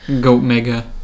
Goat-mega